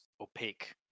opaque